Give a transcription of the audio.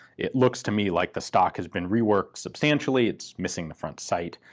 it looks to me like the stock has been reworked substantially. it's missing the front sight.